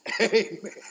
Amen